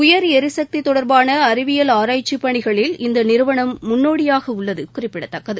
உயர் எரிசுக்தி தொடர்பான அறிவியல் ஆராய்க்சி பணிகளில் இந்த நிறுவனம் முன்னோடியாக உள்ளது குறிப்பிடத்தக்கது